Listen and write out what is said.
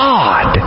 God